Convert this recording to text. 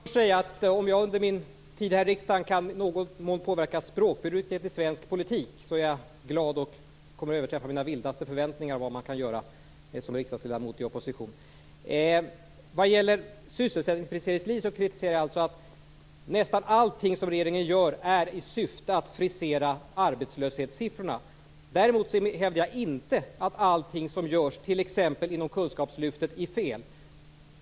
Fru talman! Om jag under min i tid i riksdagen i någon mån kan påverka språkbruket i svensk politik blir jag glad. Det kommer i så fall att överträffa mina förväntningar om vad man som riksdagsledamot i opposition kan åstadkomma. När det gäller sysselsättningsfriseringslinje kritiserar jag att nästan allt som regeringen gör har till syfte att frisera arbetslöshetssiffrorna. Däremot hävdar jag inte att allting som görs inom kunskapslyftet är fel.